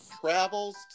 travels